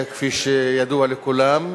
כפי שידוע לכולם.